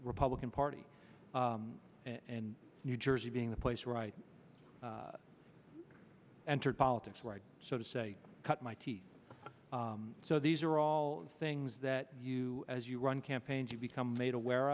republican party and new jersey being the place right entered politics right so to say cut my teeth so these are all things that you as you run campaigns you become made aware